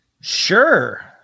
Sure